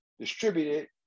distributed